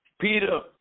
Peter